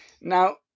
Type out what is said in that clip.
Now